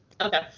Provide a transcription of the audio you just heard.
Okay